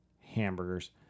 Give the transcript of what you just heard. Hamburgers